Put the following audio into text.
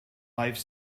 life